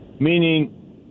Meaning